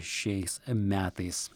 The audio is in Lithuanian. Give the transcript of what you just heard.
šiais metais